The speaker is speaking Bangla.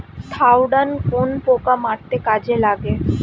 থাওডান কোন পোকা মারতে কাজে লাগে?